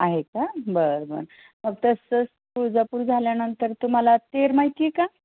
आहे का बरं बरं मग तसंच तुळजापूर झाल्यानंतर तुम्हाला तेर माहिती आहे का